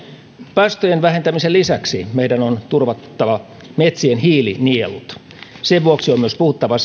päästöjen vähentämisen lisäksi meidän on turvattava metsien hiilinielut sen vuoksi on puhuttava